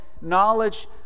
knowledge